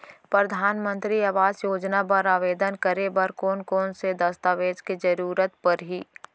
परधानमंतरी आवास योजना बर आवेदन करे बर कोन कोन से दस्तावेज के जरूरत परही?